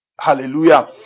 Hallelujah